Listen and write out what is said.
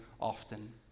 often